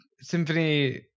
symphony